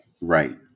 Right